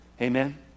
amen